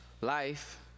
Life